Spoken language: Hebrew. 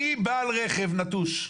נניח שאני בעל רכב נטוש,